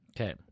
Okay